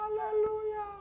Hallelujah